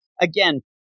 again